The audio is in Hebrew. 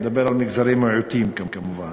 הוא מדבר על מגזרי מיעוטים כמובן,